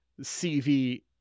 CV